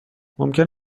ممکن